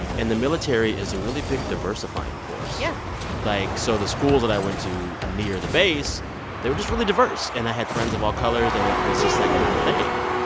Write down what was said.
and and the military is a really big diversifying force yeah like, so the schools that i went to near the base they were just really diverse. and i had friends of all colors, and it was just, like, not a thing.